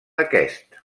aquest